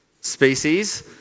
species